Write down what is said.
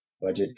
budget